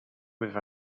with